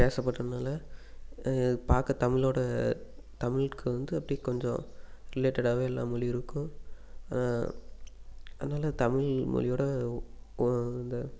பேசப்படுகிறதுனால அது பார்க்க தமிழோட தமிழுக்கு வந்து அப்படியே கொஞ்சம் ரிலேட்டெடடாகவே எல்லாம் மொழியும் இருக்கும் அதனால தமிழ்மொழியோட ஓ இந்த